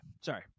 Sorry